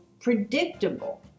predictable